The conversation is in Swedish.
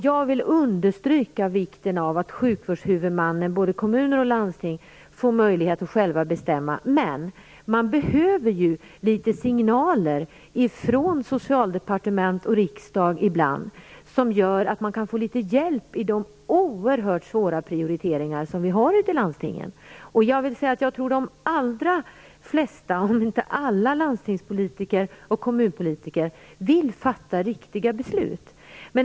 Jag vill understryka vikten av att sjukvårdshuvudmännen, både kommuner och landsting, får möjlighet att själva bestämma. Men de behöver litet signaler från Socialdepartementet och riksdagen ibland, som gör att de kan få litet hjälp i de oerhört svåra prioriteringarna. Jag tror att de allra flesta, om inte alla, kommun och landstingspolitiker vill fatta riktiga beslut.